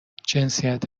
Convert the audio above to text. جنسیت